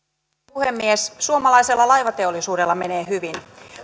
puhemies suomalaisella laivateollisuudella menee hyvin